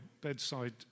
bedside